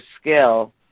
skill